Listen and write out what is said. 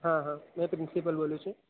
હા હા હું પ્રિન્સિપલ બોલું છું